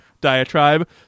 Diatribe